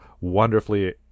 wonderfully